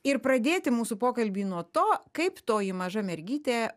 ir pradėti mūsų pokalbį nuo to kaip toji maža mergytė